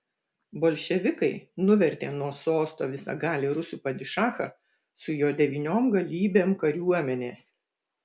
bolševikai nuvertė nuo sosto visagalį rusų padišachą su jo devyniom galybėm kariuomenės